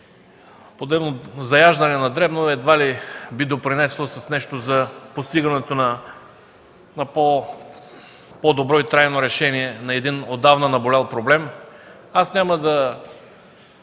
подобни заяждания на дребно едва ли биха допринесли с нещо за постигането на по-добро и трайно решение на отдавна наболял проблем. Няма да